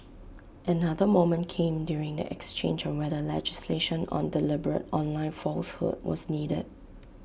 another moment came during the exchange on whether legislation on deliberate online falsehood was needed